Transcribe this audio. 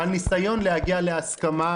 אנחנו מדברים על ניסיון להגיע להסכמה,